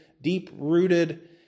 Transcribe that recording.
deep-rooted